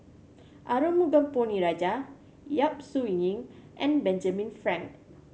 Arumugam Ponnu Rajah Yap Su Yin and Benjamin Frank